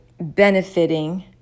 benefiting